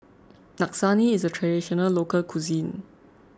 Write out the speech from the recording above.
Lasagne is a Traditional Local Cuisine